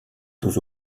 aux